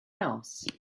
else